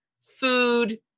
food